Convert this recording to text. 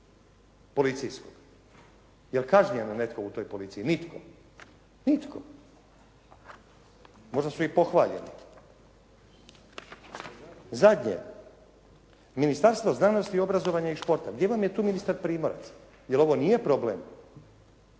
policijskog. Jer kažnjen netko u toj policiji? Nitko. Nitko. Možda su i pohvaljeni. Zadnje. Ministarstvo znanosti, obrazovanja i športa. Gdje vam je tu ministar Primorac? Jer ovo nije problem